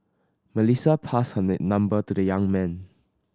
Melissa passed her number to the young man